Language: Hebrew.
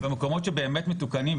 במקומות שבאמת מתוקנים,